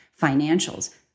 financials